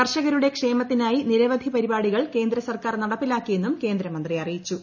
കർഷകരുടെ ക്ഷേമത്തിനിട്യി് നിരവധി പരിപാടികൾ കേന്ദ്ര സർക്കാർ നടപ്പിലാക്കിയ്കെന്നുർ കേന്ദ്രമന്ത്രി അറിയിച്ചു